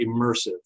immersive